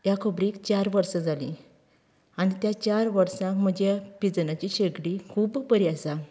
ह्या खबरीक चार वर्सां जाली आनी तें चार वर्सांत म्हजी पिजनाची शेगडी खूब बरी आसा